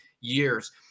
years